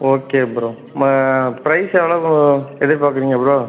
okay bro ம price எவ்வளோ bro எதிர்பார்க்குறீங்க ப்ரோ